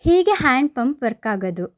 ಹೀಗೆ ಹ್ಯಾಂಡ್ಪಂಪ್ ವರ್ಕಾಗೋದು